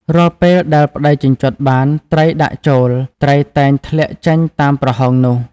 រាល់ពេលដែលប្តីជញ្ជាត់បានត្រីដាក់ចូល ត្រីតែងធ្លាក់ចេញតាមប្រហោងនោះ។